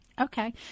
Okay